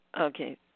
Okay